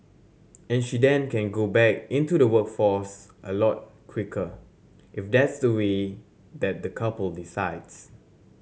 and she then can go back into the workforce a lot quicker if that's the way that the couple decides